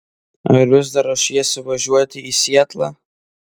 ar vis dar ruošiesi važiuoti į sietlą